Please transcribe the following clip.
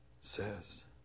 says